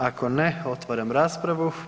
Ako ne, otvaram raspravu.